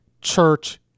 church